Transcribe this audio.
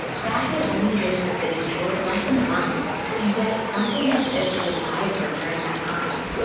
plath had only been in the city for less than a month and yet something had shifted inside of her during that time.